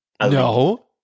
No